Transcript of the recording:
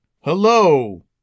Hello